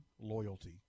loyalty